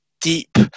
deep